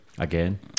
again